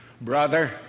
brother